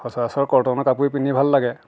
সচৰাচৰ কটনৰ কাপোৰৰে পিন্ধি ভাল লাগে